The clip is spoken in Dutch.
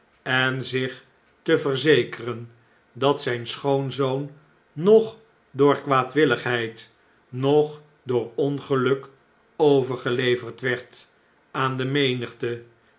en zich te verzekeren dat zijn schoonzoon noch door kwaadwilligheid noch door ongeluk overgeleverd werd aan de menigte